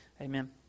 Amen